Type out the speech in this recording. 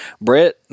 Brett